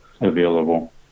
available